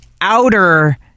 outer